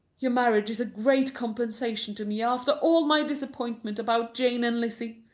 your marriage is a great compensation to me after all my disappointment about jane and lizzy.